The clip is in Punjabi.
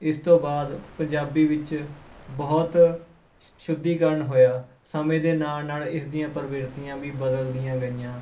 ਇਸ ਤੋਂ ਬਾਅਦ ਪੰਜਾਬੀ ਵਿੱਚ ਬਹੁਤ ਸ਼ੁ ਸ਼ੁੱਧੀਕਰਨ ਹੋਇਆ ਸਮੇਂ ਦੇ ਨਾਲ ਨਾਲ ਇਸ ਦੀਆਂ ਪ੍ਰਵਿਰਤੀਆਂ ਵੀ ਬਦਲਦੀਆਂ ਗਈਆਂ